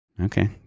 Okay